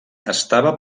estava